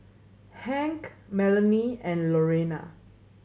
Hank Melonie and Lorena